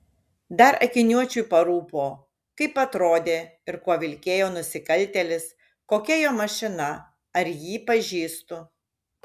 dar akiniuočiui parūpo kaip atrodė ir kuo vilkėjo nusikaltėlis kokia jo mašina ar jį pažįstu